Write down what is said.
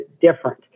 different